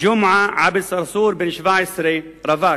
ג'ומעה מחמד צרצור, בן 17, רווק,